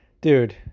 Dude